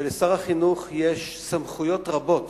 ולשר החינוך יש סמכויות רבות